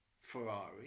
Ferrari